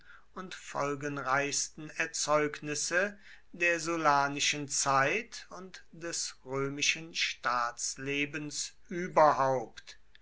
und folgenreichsten erzeugnisse der sullanischen zeit und des römischen staatslebens überhaupt